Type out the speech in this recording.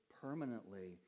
permanently